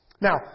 Now